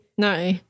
No